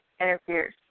interferes